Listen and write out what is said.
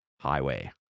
Highway